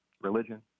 religion